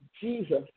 Jesus